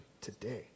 today